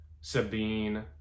sabine